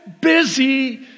busy